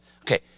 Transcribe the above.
Okay